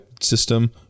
system